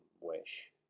wish